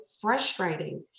frustrating